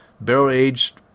barrel-aged